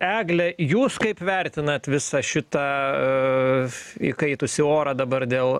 egle jūs kaip vertinat visą šitą įkaitusį orą dabar dėl